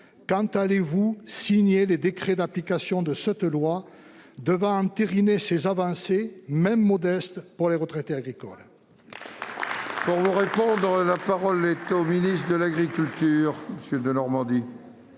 quand allez-vous signer les décrets d'application de cette loi et entériner ainsi ces avancées, même modestes, pour les retraités agricoles ?